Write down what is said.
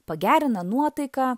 pagerina nuotaiką